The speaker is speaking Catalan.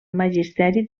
magisteri